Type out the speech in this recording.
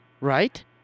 right